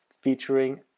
featuring